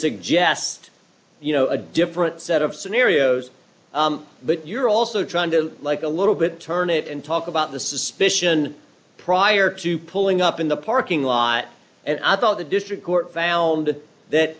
suggest you know a different set of scenarios but you're also trying to like a little bit turnit and talk about the suspicion prior to pulling up in the parking lot and i thought the district court found that